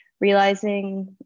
realizing